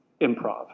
improv